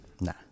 nah